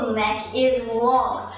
neck is long,